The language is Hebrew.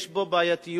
יש בו בעייתיות,